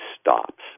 stops